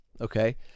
Okay